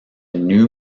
new